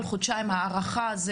כל חודשיים הארכה,